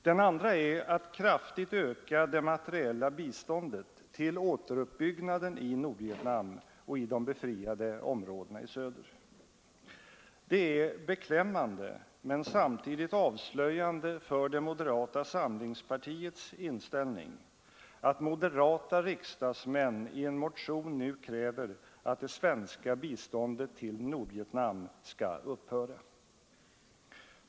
Den andra är att kraftigt öka det materiella biståndet till återuppbyggnaden i Nordvietnam och i de befriade områdena i söder. Det är beklämmande — men samtidigt avslöjande för moderata samlingspartiets inställning — att moderata riksdagsmän i en motion nu kräver att det svenska biståndet till Nordvietnam skall upphöra.